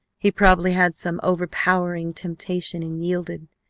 he probably had some overpowering temptation and yielded,